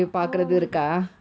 oh